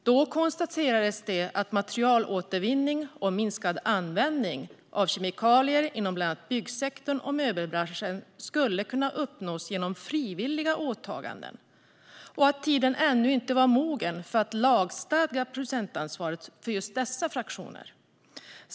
Då konstaterades att materialåtervinning och minskad användning av kemikalier inom bland annat byggsektorn och möbelbranschen skulle kunna uppnås genom frivilliga åtaganden och att tiden ännu inte var mogen för att lagstadga producentansvaret för just dessa fraktioner.